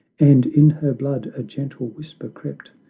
and in her blood a gentle whisper crept,